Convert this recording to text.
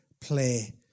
play